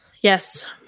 Yes